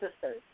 sisters